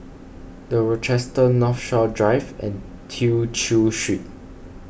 the Rochester Northshore Drive and Tew Chew Street